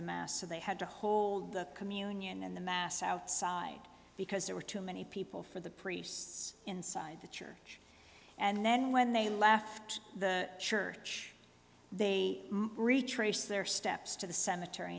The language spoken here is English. the mass so they had to hold the communion and the mass outside because there were too many people for the priests inside the church and then when they left the church they retraced their steps to the cemetery